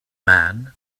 man